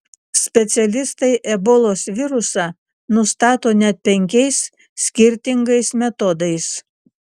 specialistai ebolos virusą nustato net penkiais skirtingais metodais